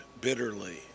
bitterly